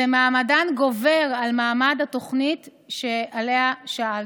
ומעמדן גובר על מעמד התוכנית שעליה שאלת.